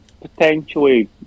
potentially